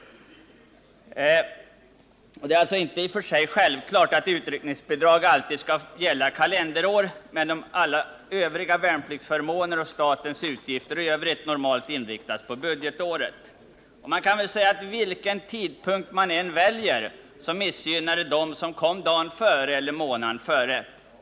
Det är alltså inte i och för sig självklart att utryckningsbidrag alltid skall gälla kalenderår, när alla övriga värnpliktsförmåner och statens utgifter i övrigt normalt inriktas på budgetår. Man kan väl säga att vilken tidpunkt man än väljer så missgynnas de som skulle kommit i fråga, om den bestämts till dagen före eller månaden före.